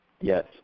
Yes